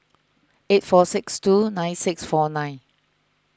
eight four six two nine six four nine